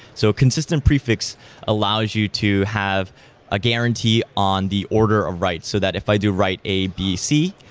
so consistent prefix allows you to have a guarantee on the order of write, so that if i do write a, b, c,